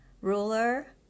ruler